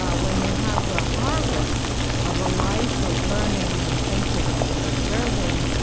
ah when you have the harvest of a life of learning and thinking and observing,